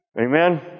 Amen